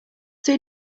three